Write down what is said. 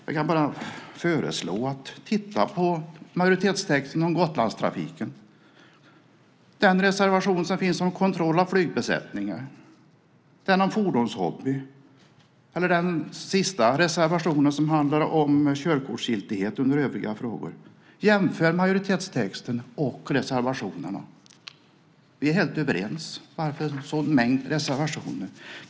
Jag kan bara föreslå er att titta på majoritetstexten om Gotlandstrafiken, på den reservation som finns om kontroll av flygbesättningar, på reservationen om fordonshobbyn eller på den sista reservationen, vilken handlar om körkortsgiltighet och som har rubriken Övriga frågor. Jämför majoritetstexten med reservationerna! Vi är helt överens, så varför denna mängd av reservationer?